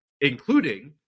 including